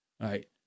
right